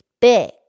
big